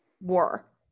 war